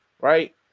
right